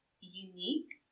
unique